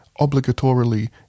obligatorily